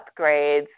upgrades